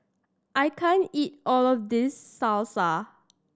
I can't eat all of this Salsa